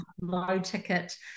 low-ticket